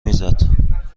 میزد